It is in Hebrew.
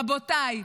רבותיי,